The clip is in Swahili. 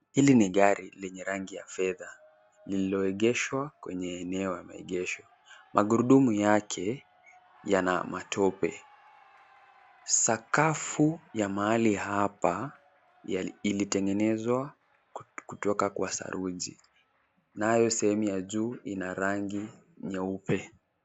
Hili ni gari lenye rangi ya fedha lililoegeshwa kwenye eneo ya maegesho. Magurudumu yake yana matope. Sakafu ya mahali hapa ilitegenezwa kutoka kwa saruji, nayo sehemu ya juu ina rangi nyeupe.